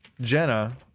Jenna